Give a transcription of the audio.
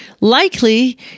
likely